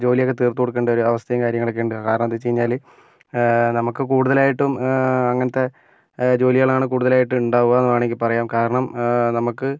ജോലിയൊക്കെ തീർത്ത് കൊടുക്കേണ്ട ഒരു അവസ്ഥയും കാര്യങ്ങളൊക്കെയുണ്ട് കാരണം എന്ത് വെച്ചു കഴിഞ്ഞാൽ നമുക്ക് കൂടുതലായിട്ടും അങ്ങനത്തെ ജോലികളാണ് കൂടുതലായിട്ടും ഉണ്ടാകുക എന്ന് വേണമെങ്കിൽ പറയാം കാരണം നമുക്ക്